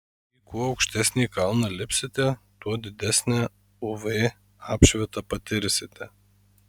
į kuo aukštesnį kalną lipsite tuo didesnę uv apšvitą patirsite